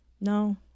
No